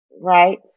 right